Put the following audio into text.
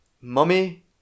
Mummy